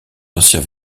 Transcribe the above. anciens